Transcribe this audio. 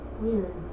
Weird